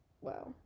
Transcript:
Wow